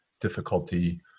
difficulty